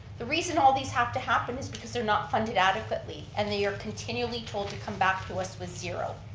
the reason all these have to happen is because they're not funded adequately and they are continually told to come back to us with zero.